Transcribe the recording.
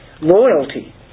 loyalty